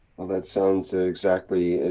well that sounds ah exactly.